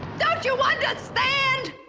don't you ah understand?